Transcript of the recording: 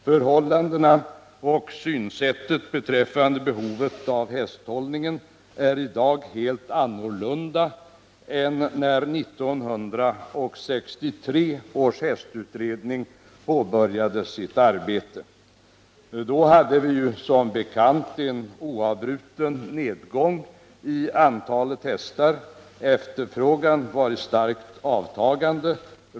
Förhållandena och synsättet beträffande behovet av hästhållning är i dag helt annorlunda än när 1963 års hästutredning påbörjade sitt arbete. Då hade vi som bekant en oavbruten nedgång i antalet hästar, och efterfrågan var i starkt avtagande.